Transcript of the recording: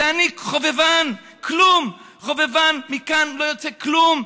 ואני חובבן, כלום, חובבן, מכאן לא יוצא כלום.